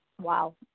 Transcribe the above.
Wow